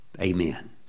Amen